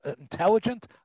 intelligent